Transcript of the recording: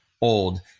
old